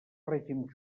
règim